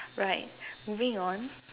right moving on